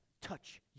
touch